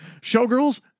Showgirls